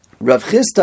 Ravchista